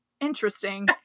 interesting